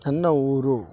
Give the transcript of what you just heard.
ನನ್ನ ಊರು